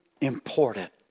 important